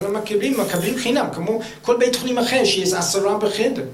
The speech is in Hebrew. מה מקבלים? מקבלים חינם, כמו כל בית חולים אחר שיש 10 בחדר